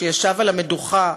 שישב על המדוכה,